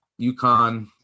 UConn